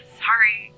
sorry